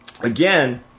again